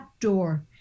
door